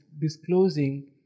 disclosing